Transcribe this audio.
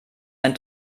ein